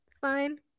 fine